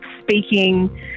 speaking